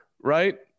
right